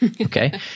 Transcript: okay